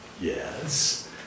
yes